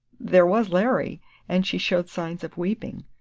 there was larry and she showed signs of weeping.